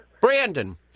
Brandon